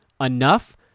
enough